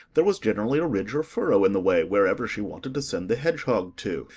there was generally a ridge or furrow in the way wherever she wanted to send the hedgehog to,